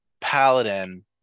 paladin